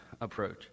approach